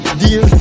dear